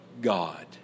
God